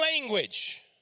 language